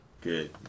Good